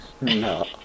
No